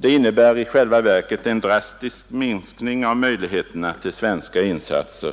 Det innebär i själva verket en drastisk minskning av möjligheterna till svenska insatser,